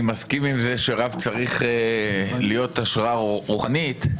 מסכים עם זה שרב צריך להיות השראה רוחנית,